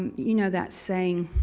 you know that saying,